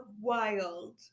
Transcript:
wild